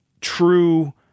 true